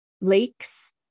lakes